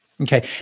Okay